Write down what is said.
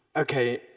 okay,